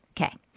Okay